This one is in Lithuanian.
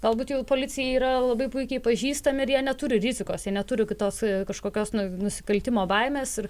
galbūt jau policijai yra labai puikiai pažįstami ir jie neturi rizikos jie neturi kitos kažkokios nu nusikaltimo baimės ir